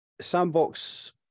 Sandbox